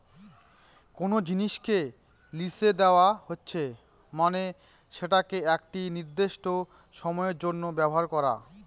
কোনো জিনিসকে লিসে দেওয়া হচ্ছে মানে সেটাকে একটি নির্দিষ্ট সময়ের জন্য ব্যবহার করা